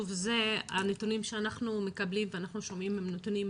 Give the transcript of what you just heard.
עצם זה שאנחנו רואים שאחוז כמעט כפול,